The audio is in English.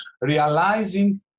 realizing